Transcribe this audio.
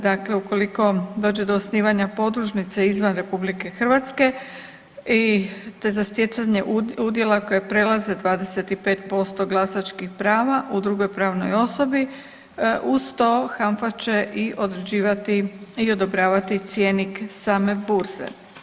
Dakle, ukoliko dođe do osnivanja podružnice izvan RH te za stjecanje udjela koje prelaze 25% glasačkih prava u drugoj pravnoj osobi uz to HANFA će određivati i odobravati cjenik same burze.